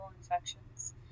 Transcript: infections